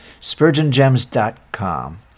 SpurgeonGems.com